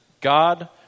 God